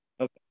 Okay